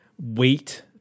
weight